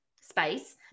space